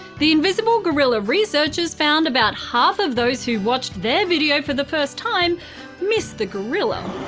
the invisible gorilla researchers found about half of those who watched their video for the first time missed the gorilla.